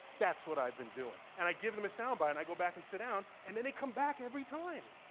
that's what i've been doing. and i give them a sound bite and i go back and sit down and then they come back every time.